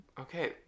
Okay